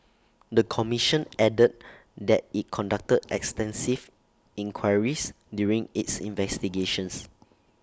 the commission added that IT conducted extensive inquiries during its investigations